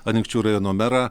anykščių rajono merą